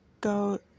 go